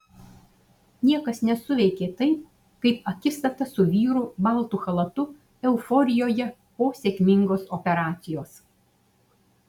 niekas nesuveikė taip kaip akistata su vyru baltu chalatu euforijoje po sėkmingos operacijos